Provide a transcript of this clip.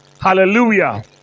Hallelujah